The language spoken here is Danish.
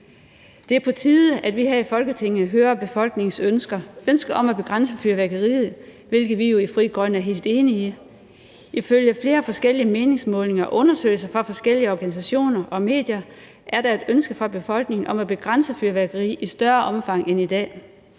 Det er på tide, at vi her i Folketinget hører befolkningens ønske om at begrænse fyrværkeriet, hvilket vi i Frie Grønne er helt enige i. Ifølge flere forskellige meningsmålinger og undersøgelser fra forskellige organisationer og medier er der et ønske fra befolkningens side om at begrænse fyrværkeri i større omfang, end det